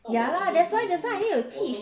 ya lah that's why that's why I need to teach